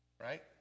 Right